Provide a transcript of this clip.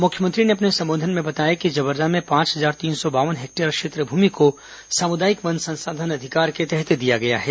मुख्यमंत्री ने अपने संबोधन में बताया कि जबर्रा में पांच हजार तीन सौ बावन हेक्टेयर क्षेत्र भूमि को सामुदायिक वन संसाधन अधिकार के तहत दिया गया है